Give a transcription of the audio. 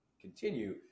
continue